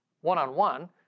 one-on-one